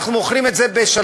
אנחנו מוכרים את זה ב-3.